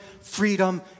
freedom